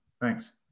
thanks